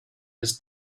his